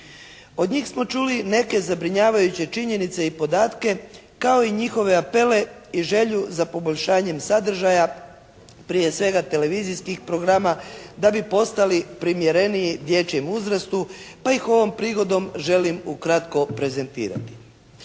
Od njih smo čuli neke zabrinjavajuće činjenice i podatke kao i njihove apele i želju za poboljšanjem sadržaja prije svega televizijskih programa da bi postali primjereniji dječjem uzrastu pa ih ovom prigodom želim ukratko prezentirati.